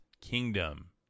kingdom